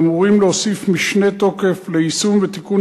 אמורים להוסיף משנה תוקף ליישום ותיקון